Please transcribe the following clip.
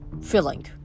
Filling